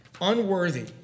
Unworthy